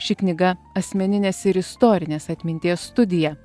ši knyga asmeninės ir istorinės atminties studija